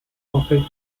perfect